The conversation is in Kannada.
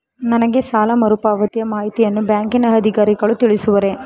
ನನಗೆ ಸಾಲ ಮರುಪಾವತಿಯ ಮಾಹಿತಿಯನ್ನು ಬ್ಯಾಂಕಿನ ಅಧಿಕಾರಿಗಳು ತಿಳಿಸುವರೇ?